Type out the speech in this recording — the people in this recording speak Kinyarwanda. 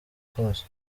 kose